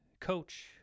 coach